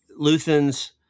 Luthans